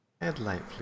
headlight